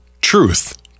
Truth